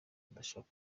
udashaka